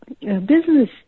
business